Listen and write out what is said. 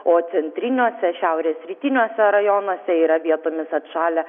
o centriniuose šiaurės rytiniuose rajonuose yra vietomis atšalę